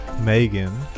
Megan